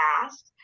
past